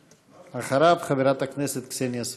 אחריו, חברת הכנסת קסניה סבטלובה.